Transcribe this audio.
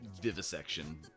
vivisection